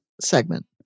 segment